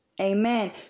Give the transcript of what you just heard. Amen